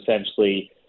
essentially